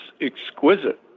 exquisite